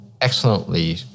excellently